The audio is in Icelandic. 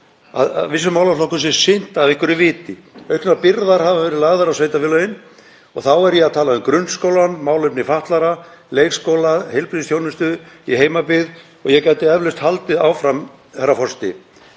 að vissum málaflokkurinn sé sinnt af einhverju viti. Auknar byrðar hafa verið lagðar á sveitarfélögin, og þá er ég að tala um grunnskólann, málefni fatlaðra, leikskóla, heilbrigðisþjónustu í heimabyggð og ég gæti eflaust haldið áfram, herra forseti.